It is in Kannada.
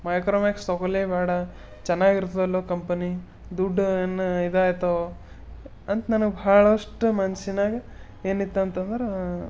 ಮೈಕ್ರೋಮ್ಯಾಕ್ಸ್ ತೊಗೊಳ್ಳೇ ಬೇಡ ಚೆನಾಗಿರ್ತದಿಲ್ಲೋ ಕಂಪನಿ ದುಡ್ಡು ಏನು ಇದಾಯ್ತವ ಅಂತ ನನಗೆ ಭಾಳಷ್ಟು ಮನ್ಸಿನ್ಯಾಗ ಏನಿತ್ತಂತ್ತಂದರ